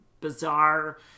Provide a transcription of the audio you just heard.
bizarre